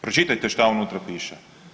Pročitajte što unutra piše.